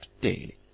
daily